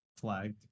flagged